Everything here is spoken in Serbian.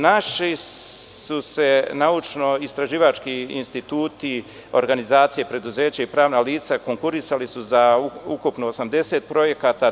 Naši naučnoistraživački instituti, organizacije, preduzeća i pravna licasu konkurisali za ukupno 80 projekata.